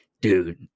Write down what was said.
dude